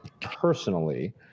personally